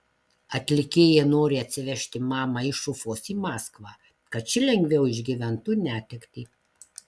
atlikėja nori atsivežti mamą iš ufos į maskvą kad ši lengviau išgyventų netektį